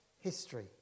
history